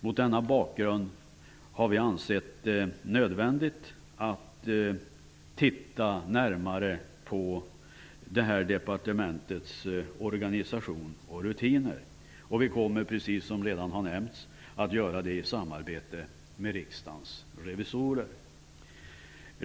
Mot denna bakgrund har vi ansett det nödvändigt att närmare se över Utbildningsdepartementets organisation och rutiner. Vi kommer, som redan har nämnts, att göra det i samarbete med Riksdagens revisorer.